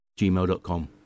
gmail.com